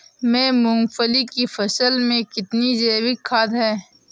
मैं मूंगफली की फसल में कितनी जैविक खाद दूं?